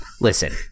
listen